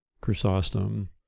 Chrysostom